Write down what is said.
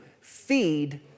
Feed